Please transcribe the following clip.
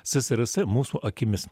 ssrs mūsų akimis